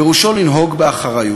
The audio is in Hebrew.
פירושו לנהוג באחריות.